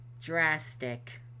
drastic